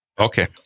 okay